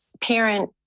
parent